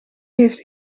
heeft